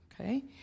Okay